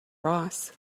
boss